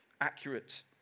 accurate